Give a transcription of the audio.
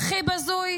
והכי בזוי,